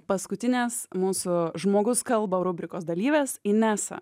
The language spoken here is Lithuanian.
paskutinės mūsų žmogus kalba rubrikos dalyvės inesa